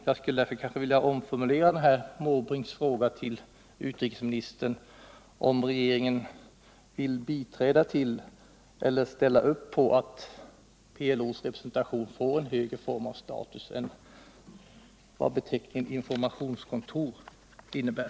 Jag skulle därför vilja omformulera Bertil Måbrinks fråga till utrikesministern och i stället fråga om regeringen vill medverka till att PLO:s representation får en högre form av status än den som beteckningen informationskontor innebär.